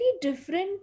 different